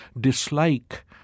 dislike